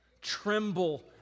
tremble